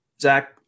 Zach